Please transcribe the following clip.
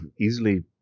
easily